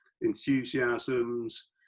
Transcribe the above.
enthusiasms